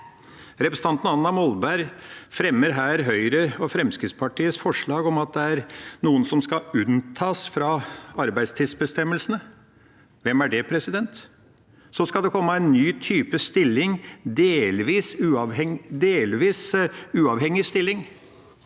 Representanten Anna Molberg fremmer her Høyre og Fremskrittspartiets forslag om at det er noen som skal unntas fra arbeidstidsbestemmelsene. Hvem er det? Og det skal komme en ny type stilling, «delvis uavhengig» stilling,